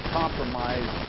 compromise